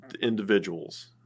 individuals